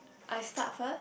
I start first